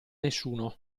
nessuno